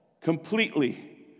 Completely